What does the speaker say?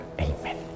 Amen